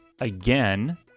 Again